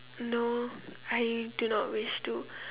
no I do not wish to